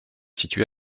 situé